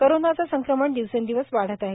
कोरोनाचे संक्रमण दिवसेंदिवस वाढत आहे